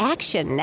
Action